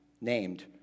named